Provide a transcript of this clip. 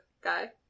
guy